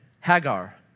Hagar